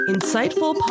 Insightful